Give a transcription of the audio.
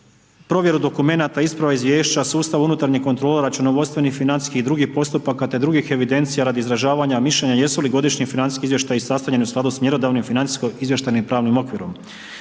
provjeru dokumenata, isprava izvješća, sustav unutarnje kontrole, računovodstvenih i financijskih i drugih postupaka te drugih evidencija radi izražavanja mišljenja jesu li godišnji financijski izvještaji sastavljeni u skladu sa mjerodavnim financijsko-izvještajnim pravnim okvirom.